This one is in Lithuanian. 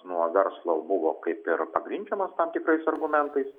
nuo verslo buvo kaip ir pagrindžiamas tam tikrais argumentais